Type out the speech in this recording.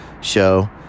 show